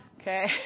okay